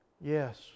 Yes